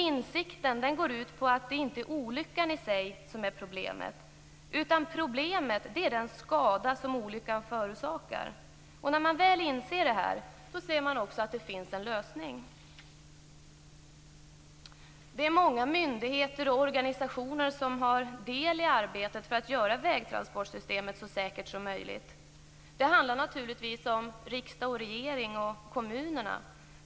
Insikten går ut på att det inte är olyckan i sig som är problemet. Problemet är den skada som olyckan förorsakar. När man väl inser det ser man också att det finns en lösning. Många myndigheter och organisationer har del i arbetet att göra vägtransportsystemet så säkert som möjligt. Det handlar naturligtvis om riksdag, regering och kommuner.